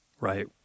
right